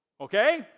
Okay